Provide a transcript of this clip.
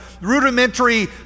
rudimentary